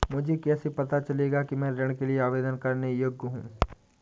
मुझे कैसे पता चलेगा कि मैं ऋण के लिए आवेदन करने के योग्य हूँ?